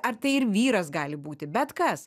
ar tai ir vyras gali būti bet kas